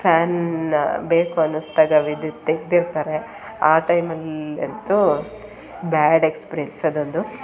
fan ಬೇಕು ಅನಿಸ್ದಾಗ ವಿದ್ಯುತ್ ತೆಗ್ದು ಇರ್ತಾರೆ ಆ ಟೈಮಲ್ಲಂತೂ ಬ್ಯಾಡ್ ಎಕ್ಸ್ಪಿರೆನ್ಸ್ ಅದೊಂದು